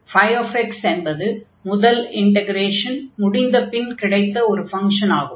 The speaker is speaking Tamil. φ என்பது முதல் இன்டக்ரேஷன் முடிந்த பின் கிடைத்த ஒரு ஃபங்ஷன் ஆகும்